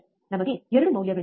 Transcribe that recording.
ನಮಗೆ 2 ಮೌಲ್ಯಗಳಿವೆ